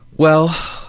well,